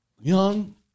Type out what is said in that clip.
Young